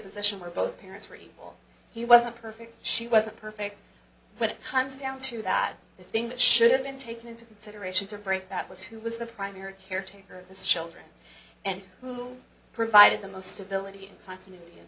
position where both parents were equal he wasn't perfect she wasn't perfect when it comes down to that the thing that should have been taken into consideration to bring that was who was the primary caretaker of this children and who provided the most ability and continuity in